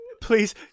please